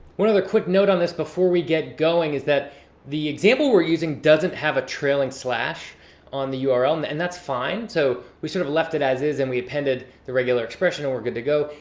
one other quick note on this before we get going is that the example we're using doesn't have a trailing slash on the url and and that's fine. so we sort of left it as is, and we appended the regular expression and we're good to go.